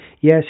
Yes